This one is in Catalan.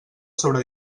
sobre